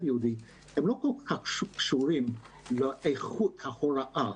יהודי לא כל כך קשורות לאיכות ההוראה,